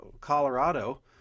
Colorado